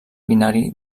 binari